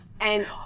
And-